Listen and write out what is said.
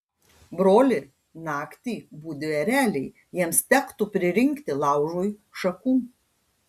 broli naktį budi ereliai jiems tektų pririnkti laužui šakų